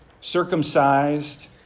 circumcised